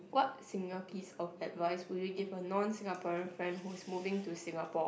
what single piece of advice will you give a non Singaporean friend who is moving to Singapore